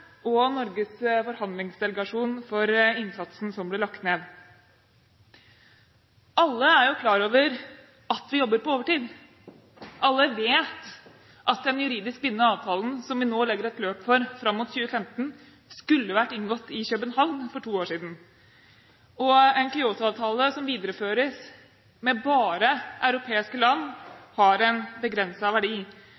og Norges forhandlingsdelegasjon for innsatsen som ble lagt ned. Alle er klar over at vi jobber på overtid. Alle vet at den juridisk bindende avtalen, som vi nå legger et løp for fram mot 2015, skulle vært inngått i København for to år siden. En Kyoto-avtale som videreføres med bare europeiske land,